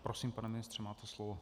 Prosím, pane ministře, máte slovo.